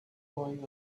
going